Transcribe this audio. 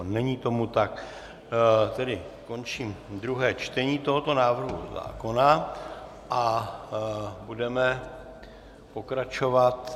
Není tomu tak, tedy končím druhé čtení tohoto návrhu zákona a budeme pokračovat.